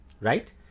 right